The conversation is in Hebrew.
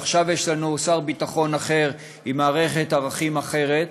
ועכשיו יש לנו שר ביטחון אחר עם מערכת ערכים אחרת.